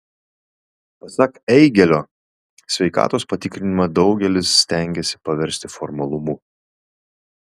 pasak eigėlio sveikatos patikrinimą daugelis stengiasi paversti formalumu